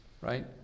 right